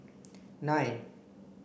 nine